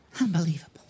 Unbelievable